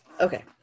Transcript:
Okay